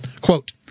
Quote